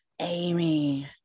Amy